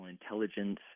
intelligence